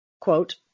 quote